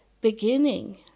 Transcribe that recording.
beginning